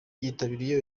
yitabiriye